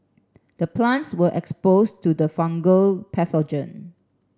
the plants were exposed to the fungal pathogen